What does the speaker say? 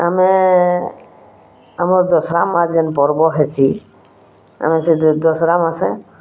ଆମେ ଆମର୍ ଦଶହରା ମାଜେନ୍ ପର୍ବ ହେସି ଆମେ ସେ ଦଶହରା ମାସେ